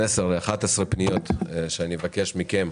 11-10 פניות שאני מבקש מכם